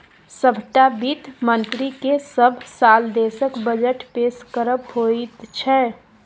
सभटा वित्त मन्त्रीकेँ सभ साल देशक बजट पेश करब होइत छै